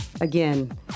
Again